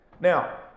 Now